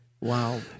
Wow